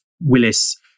Willis